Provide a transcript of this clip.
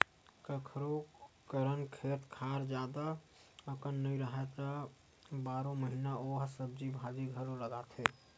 कखोरो करन खेत खार जादा अकन नइ राहय त बारो महिना ओ ह सब्जी भाजी घलोक लगाथे